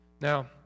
Now